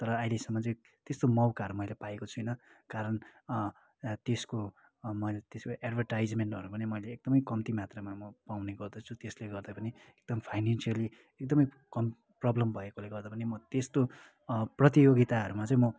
तर अहिलेसम्म चाहिँ त्यस्तो मौकाहरू मैले पाएको छुइनँ कारण त्यसको मैले त्यसको एडभरटाइजमेन्टहरू पनि मैले एकदमै कम्ती मात्रामा म पाउने गर्दछु त्यसले गर्दा पनि एकदम फाइनेनसियली एकदमै कम प्रब्लम भएकोले गर्दा पनि म त्यस्तो प्रतियोगिताहरूमा चाहिँ म